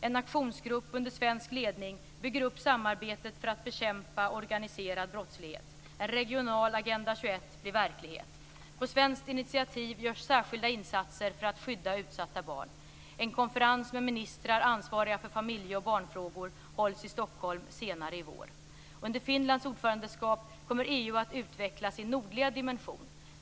En aktionsgrupp under svensk ledning bygger upp samarbetet för att bekämpa organiserad brottslighet. En regional Agenda 21 blir verklighet. På svenskt initiativ görs särskilda insatser för att skydda utsatta barn. En konferens med ministrar ansvariga för familje och barnfrågor hålls i Stockholm senare i vår. Under Finlands ordförandeskap kommer EU att utveckla sin nordliga dimension.